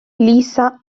lisa